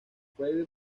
fue